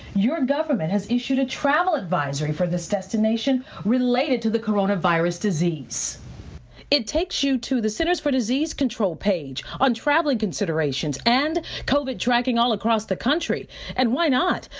your government has issued a travel advisory for this destination related to the coronavirus. it takes you to the centers for disease control page on traveling considerations and cobit tracking all across the country and why not?